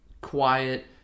quiet